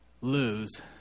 lose